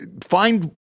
Find